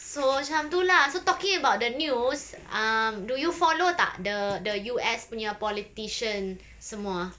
so macam tu lah so talking about the news um do you follow tak the the U_S punya politician semua